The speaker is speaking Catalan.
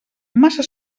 massa